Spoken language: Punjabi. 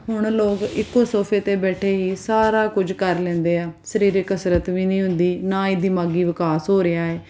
ਹੁਣ ਲੋਕ ਇੱਕੋ ਸੋਫੇ 'ਤੇ ਬੈਠੇ ਹੀ ਸਾਰਾ ਕੁਝ ਕਰ ਲੈਂਦੇ ਆ ਸਰੀਰਕ ਕਸਰਤ ਵੀ ਨਹੀਂ ਹੁੰਦੀ ਨਾ ਹੀ ਦਿਮਾਗੀ ਵਿਕਾਸ ਹੋ ਰਿਹਾ ਹੈ